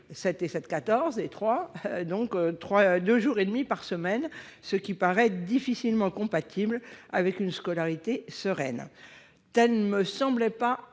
de travailler deux jours et demi par semaine, ce qui paraît difficilement compatible avec une scolarité sereine. Or il ne me semble pas